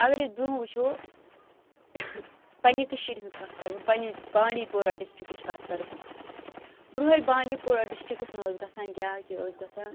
اَگر أسۍ برٛونٛہہ وُچھو پنٕنہِ کٔشیٖرِ ہٕنٛز کَتھ کَرٕ بہٕ پنٕنہِ بانٛڈی پورہ ڈِسٹِرکٕچ کَتھ کَرٕ بہٕ برٛونٛہہ ییٚلہِ بانٛڈی پورہ ڈِسٹِرکَس منٛز اوس گژھان کیٛاہ کہِ اوس گَژھان